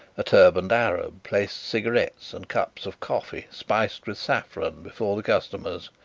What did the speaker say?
a turbaned arab placed cigarettes and cups of coffee spiced with saffron before the customers,